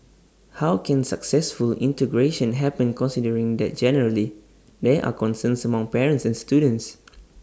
how can successful integration happen considering that generally there are concerns among parents and students